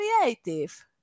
creative